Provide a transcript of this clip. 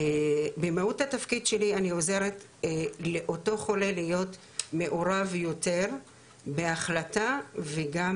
במהות התפקיד שלי אני עוזרת לאותו חולה להיות מעורב יותר בהחלטה וגם